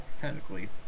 technically